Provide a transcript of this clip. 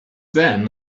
then